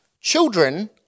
Children